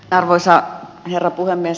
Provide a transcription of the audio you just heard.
arvoisa herra puhemies